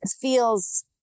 feels